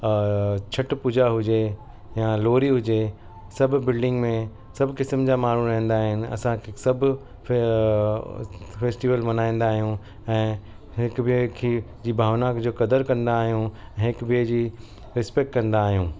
अ छट पूजा हुजे या लोहरी हुजे सभु बिल्डिंग में सभु किसम जा माण्हू रहंदा आहिनि असांखे सभु फैस्टिवल मल्हाईंदा आहियूं ऐं हिकु ॿिए खी जी भावनाऊं जो क़दरु कंदा आहियूं ऐं हिकु ॿिए जी रिस्पैक्ट कंदा आहियूं